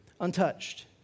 untouched